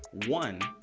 one,